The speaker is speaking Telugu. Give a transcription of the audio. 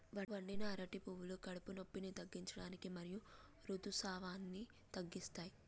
వండిన అరటి పువ్వులు కడుపు నొప్పిని తగ్గించడానికి మరియు ఋతుసావాన్ని తగ్గిస్తాయి